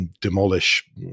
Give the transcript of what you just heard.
demolish